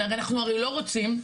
הרי אנחנו לא רוצים,